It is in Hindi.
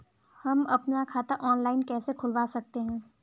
हम अपना खाता ऑनलाइन कैसे खुलवा सकते हैं?